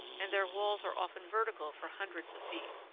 and their walls are often vertical for hundreds of feet.